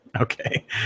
Okay